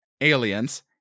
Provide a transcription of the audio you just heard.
Aliens